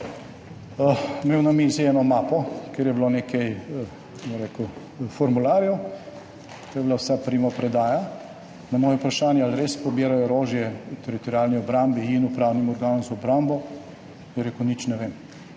imel na mizi eno mapo, kjer je bilo nekaj formularjev, to je bila vsa primopredaja. Na moje vprašanje, ali res pobirajo orožje teritorialni obrambi in upravnim organom za obrambo, je rekel, nič ne vem.